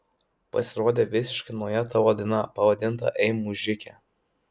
pasirodė visiškai nauja tavo daina pavadinta ei mužike